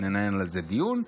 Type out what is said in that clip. וננהל על זה דיון,